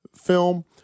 film